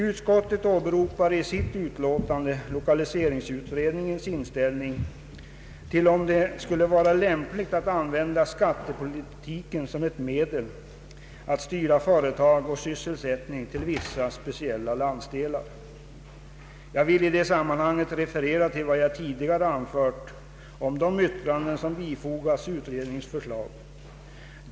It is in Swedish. Utskottet åberopar i sitt betänkande lokaliseringsutredningens inställning till frågan om det skulle vara lämpligt att använda skattepolitiken som ett medel att styra företag och sysselsättning till vissa speciella landsdelar. Jag vill i det sammanhanget referera till vad jag tidigare anfört om de yttranden som bifogats utredningens förslag.